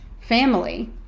family